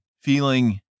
feeling